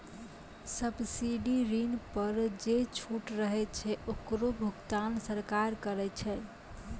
subsidy ऋण पर जे छूट रहै छै ओकरो भुगतान सरकार करै छै